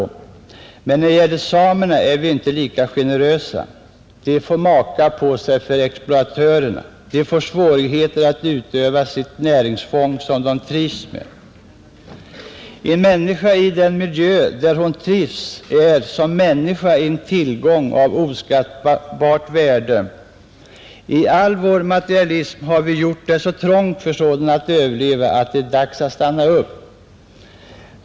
Men när det gäller samerna är vi inte lika generösa, De får maka på sig för exploatörerna. De får svårigheter att utöva sitt näringsfång, som de trivs med. En människa i den miljö där hon trivs är som människa en tillgång av oskattbart värde, I all vår materialism har vi gjort det så trångt för sådana att överleva att det är dags att stanna upp.